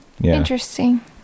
Interesting